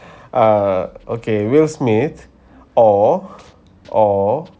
err okay will smith or or